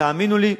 תאמינו לי,